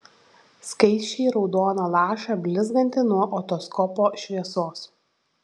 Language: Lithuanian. skaisčiai raudoną lašą blizgantį nuo otoskopo šviesos